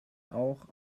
auch